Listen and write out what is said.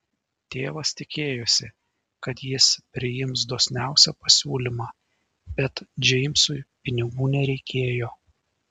tėvas tikėjosi kad jis priims dosniausią pasiūlymą bet džeimsui pinigų nereikėjo